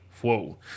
whoa